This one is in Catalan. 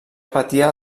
patia